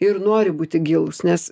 ir nori būti gilūs nes